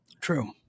True